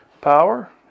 power